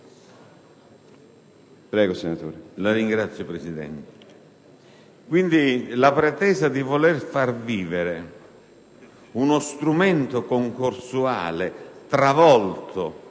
La pretesa di voler far vivere uno strumento concorsuale travolto